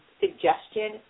suggestion